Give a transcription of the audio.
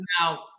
Now